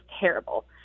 terrible